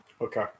okay